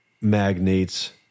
magnates